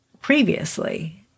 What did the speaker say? previously